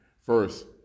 First